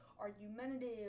argumentative